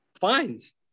Fines